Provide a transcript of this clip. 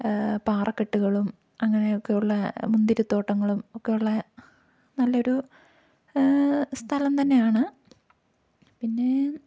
പാറക്കെട്ടുകളും അങ്ങനെ ഒക്കെയുള്ള മുന്തിരി തോട്ടങ്ങളും ഒക്കെയുള്ള നല്ലൊരു സ്ഥലം തന്നെയാണ് പിന്നെ